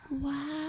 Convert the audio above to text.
Wow